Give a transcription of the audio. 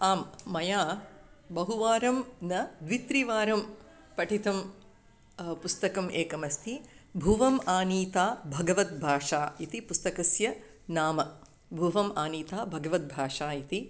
आम् मया बहुवारं न द्वित्रिवारं पठितं पुस्तकम् एकमस्ति भुवमानीता भगवद्भाषा इति पुस्तकस्य नाम भुवम् आनीता भगवद्भाषा इति